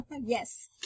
yes